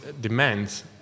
demands